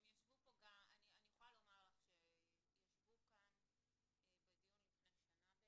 אני יכולה לומר לך שישבו כאן בדיון לפני שנה,